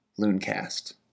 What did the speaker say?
LoonCast